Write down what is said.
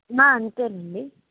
అంతేనండి